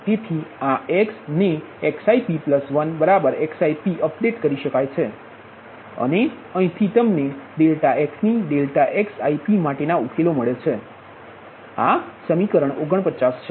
તેથી આ x ને xip1xipઅપડેટ કરી શકાય છે અને અહીંથી તમને ∆xની ∆xipમાટેના ઉકેલો મળે છે આ સમીકરણ 49 છે